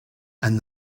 and